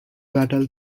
battle